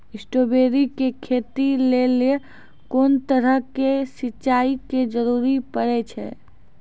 Strawberry के खेती लेली कोंन तरह के सिंचाई के जरूरी पड़े छै?